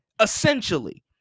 Essentially